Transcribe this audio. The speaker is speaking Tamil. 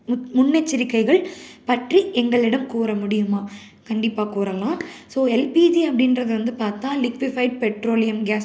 முன் முன்னெச்சரிக்கைகள் பற்றி எங்களிடம் கூற முடியுமா கண்டிப்பாக கூறலாம் ஸோ எல்பிஜி அப்படின்றது வந்து பார்த்தா லிக்விஃபைட் பெட்ரோலியம் கேஸ்